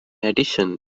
addition